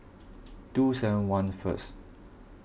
two seven one first